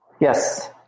Yes